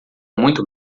muito